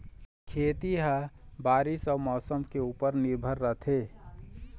खेती ह बारीस अऊ मौसम के ऊपर निर्भर रथे